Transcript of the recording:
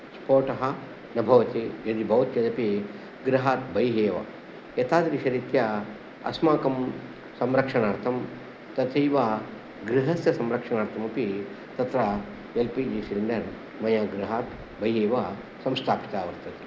स्फोटः न भवति यदि भवति चेदपि गृहात् बहिः एव एतादृशरीत्या अस्माकं संरक्षणार्थं तथैव गृहस्य संरक्षणार्थमपि तत्र एल् पि जि सिलिण्डर् वयं गृहात् बहिः एव संस्थापिता वर्तते